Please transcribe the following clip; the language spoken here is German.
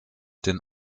den